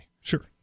Sure